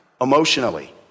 emotionally